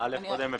אנחנו